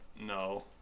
No